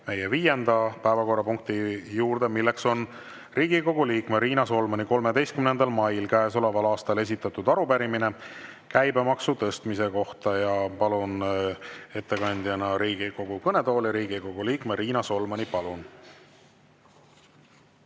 jõuame viienda päevakorrapunkti juurde, mis on Riigikogu liikme Riina Solmani 13. mail käesoleval aastal esitatud arupärimine käibemaksu tõstmise kohta. Palun ettekandjana Riigikogu kõnetooli Riigikogu liikme Riina Solmani. Palun!